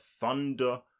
Thunder